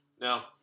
now